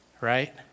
right